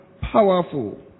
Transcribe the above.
powerful